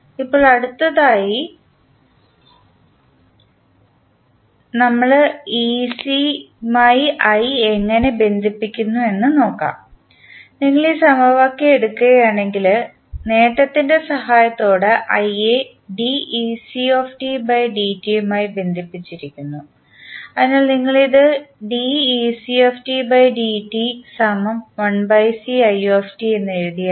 ഇപ്പോൾ അടുത്തതായി ഞാൻ യുമായി i എങ്ങനെ ബന്ധിപ്പിക്കുന്നു എന്ന് നോക്കാം നിങ്ങൾ ഈ സമവാക്യം എടുക്കുകയാണെങ്കിൽ നേട്ടത്തിൻറെ സഹായത്തോടെ iയെ യുമായി ബന്ധിപ്പിച്ചിരിക്കുന്നു അതിനാൽ നിങ്ങൾ ഇത് എന്ന് എഴുതിയാൽ